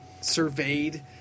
surveyed